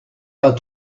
pas